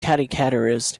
caricaturist